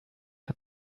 hat